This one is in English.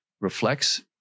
reflects